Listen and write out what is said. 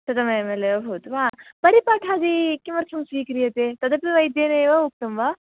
शतम् M L एव भवतु वा परिपाठादि किमर्थं स्वीक्रियते तत् वैद्यमेव उक्तं वा